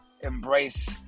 embrace